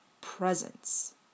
presence